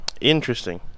interesting